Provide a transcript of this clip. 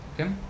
okay